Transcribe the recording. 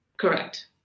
Correct